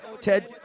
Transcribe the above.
Ted